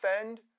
offend